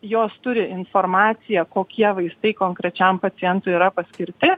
jos turi informaciją kokie vaistai konkrečiam pacientui yra paskirti